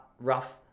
rough